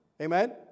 Amen